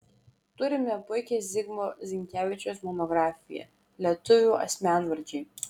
turime puikią zigmo zinkevičiaus monografiją lietuvių asmenvardžiai